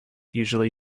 usually